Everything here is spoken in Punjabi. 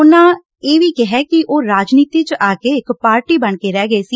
ਉਨੁਾਂ ਇਹ ਵੀ ਕਿਹੈ ਕਿ ਉਹ ਰਾਜਨੀਤੀ ਚ ਆ ਕੇ ਇਕ ਪਾਰਟੀ ਬਣ ਕੇ ਰਹਿ ਗਏ ਸੀ